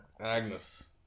Agnes